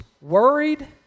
Worried